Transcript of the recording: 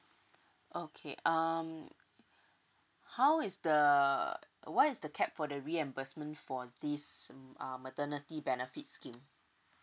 okay um how is the what is the cap for the reimbursement for this mm um maternity benefits scheme